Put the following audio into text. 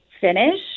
finish